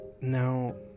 Now